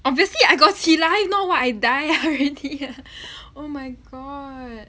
obviously I got 起来 if not what I die already ah oh my god